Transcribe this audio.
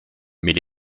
mais